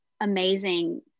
amazing